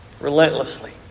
relentlessly